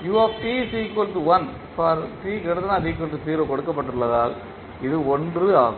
for கொடுக்கப்பட்டுள்ளதால் இது 1 ஆகும்